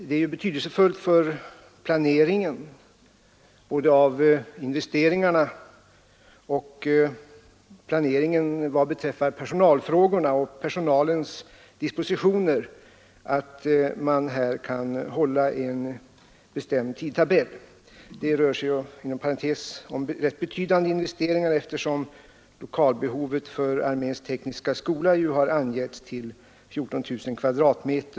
Det är ju betydelsefullt för både planeringen av investeringarna och planeringen vad beträffar personalfrågor och personalens dispositioner att man här kan hålla en bestämd tidtabell. Det rör sig inom parentes sagt om rätt betydande investeringar eftersom lokalbehovet för arméns tekniska skola har angivits till 14 000 m?